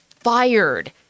fired